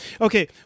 Okay